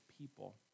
people